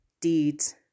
deeds